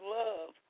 love